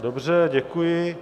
Dobře, děkuji.